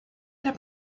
der